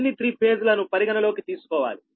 అన్ని three phase లను పరిగణలోకి తీసుకోవాలి